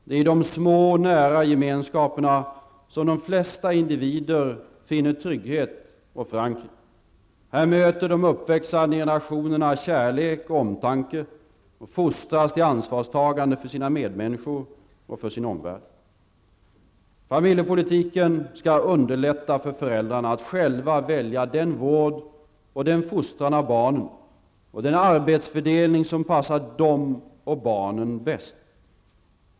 Det är i de små nära gemenskaperna som de flesta individer finner trygghet och förankring. Här möter de uppväxande generationerna kärlek och omtanke och fostras till ansvarstagande för sina medmänniskor och sin omvärld. Familjepolitiken skall underlätta för föräldrarna att själva välja den vård och fostran av barnen och den arbetsfördelning som passar dem och barnen bäst.